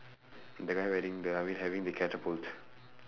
the guy wearing the I mean having the catapult